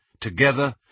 Together